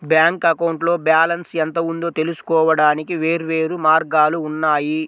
bank అకౌంట్లో balance ఎంత ఉందో తెలుసుకోవడానికి వేర్వేరు మార్గాలు ఉన్నాయి